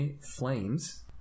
flames